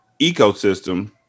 ecosystem